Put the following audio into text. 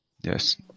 yes